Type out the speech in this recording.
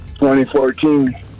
2014